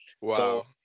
Wow